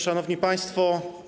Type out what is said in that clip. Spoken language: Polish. Szanowni Państwo!